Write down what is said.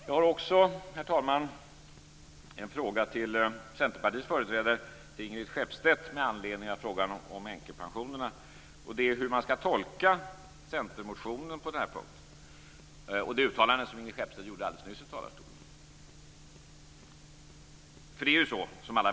Jag har också, herr talman, en fråga till Centerpartiets företrädare, Ingrid Skeppstedt med anledning av frågan om änkepensionerna: Hur skall man tolka centermotionen på den här punkten och det uttalande som Ingrid Skeppstedt gjorde alldeles nyss från talarstolen?